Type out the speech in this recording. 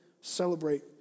celebrate